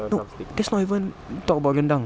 no that's not even